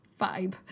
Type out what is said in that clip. vibe